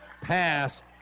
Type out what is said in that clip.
pass